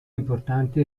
importanti